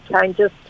changes